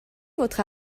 votre